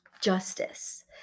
justice